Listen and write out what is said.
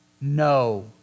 no